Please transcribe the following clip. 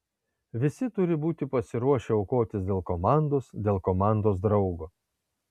visi turi būti pasiruošę aukotis dėl komandos dėl komandos draugo